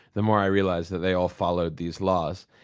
the more i realized that they all followed these laws.